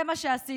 זה מה שעשיתם.